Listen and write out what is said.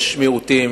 יש מיעוטים